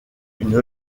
une